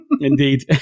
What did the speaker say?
Indeed